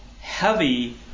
heavy